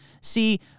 See